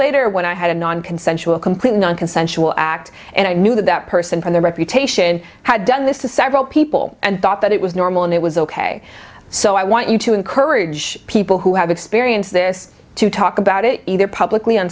later when i had a nonconsensual complete nonconsensual act and i knew that that person from their reputation had done this to set people and thought that it was normal and it was ok so i want you to encourage people who have experienced this to talk about it either publicly on